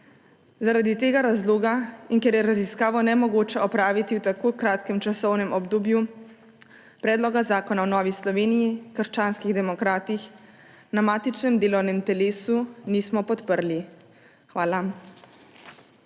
Zaradi tega razloga in ker je raziskavo nemogoče opraviti v tako kratkem časovnem obdobju, predloga zakona v Novi Sloveniji – krščanskih demokratih na matičnem delovnem telesu nismo podprli. Hvala.